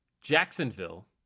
Jacksonville